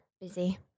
busy